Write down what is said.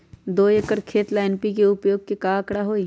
दो एकर खेत ला एन.पी.के उपयोग के का आंकड़ा होई?